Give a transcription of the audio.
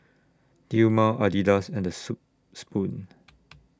Dilmah Adidas and Soup Spoon